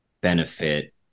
benefit